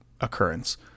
occurrence